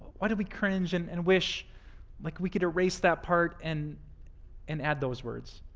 why do we cringe and and wish like we could erase that part and and add those words?